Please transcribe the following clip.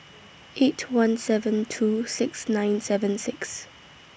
eight one seven two six nine seven six